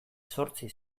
zortzi